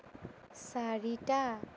চাৰিটা